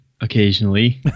occasionally